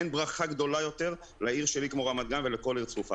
אין ברכה גדולה יותר לעיר שלי רמת-גן ולכל עיר צפופה.